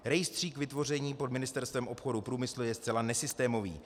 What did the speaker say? Rejstřík vytvořený pod Ministerstvem obchodu, průmyslu je zcela nesystémový.